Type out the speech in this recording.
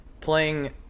playing